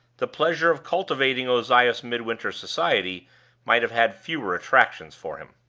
the pleasure of cultivating ozias midwinter's society might have had fewer attractions for him.